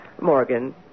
Morgan